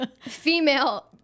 female